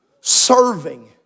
Serving